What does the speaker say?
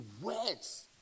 words